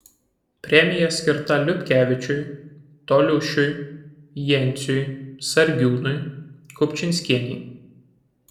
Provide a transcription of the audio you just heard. premija skirta liupkevičiui toliušiui jenciui sargiūnui kupčinskienei